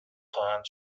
خواهند